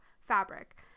fabric